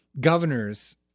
governor's